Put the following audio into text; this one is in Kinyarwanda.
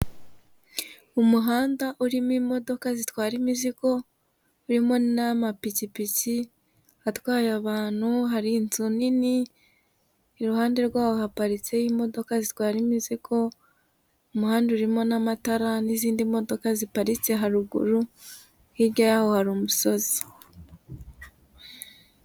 Mu muhanda urimo imodoka zitwara imizigo, urimo n'amapikipiki, atwaye abantu, hari inzu nini, iruhande rwaho haparitse imodoka zitwara imizigo, umuhanda urimo n'amatara, n'izindi modoka ziparitse haruguru, hirya y'aho hari umusozi.